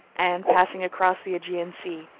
and, passing across the aegean sea,